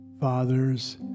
fathers